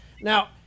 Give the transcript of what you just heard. Now